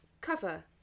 cover